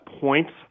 points